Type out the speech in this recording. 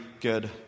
good